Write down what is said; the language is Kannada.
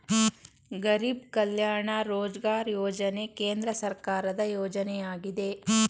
ಗರಿಬ್ ಕಲ್ಯಾಣ ರೋಜ್ಗಾರ್ ಯೋಜನೆ ಕೇಂದ್ರ ಸರ್ಕಾರದ ಯೋಜನೆಯಾಗಿದೆ